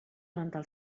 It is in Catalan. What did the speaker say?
rentar